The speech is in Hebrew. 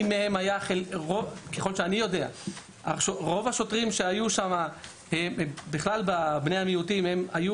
ככל שאני יודע רוב השוטרים שהיו שם מבני המיעוטים היו